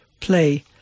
play